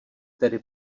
tedy